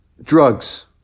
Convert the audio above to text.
drugs